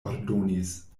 ordonis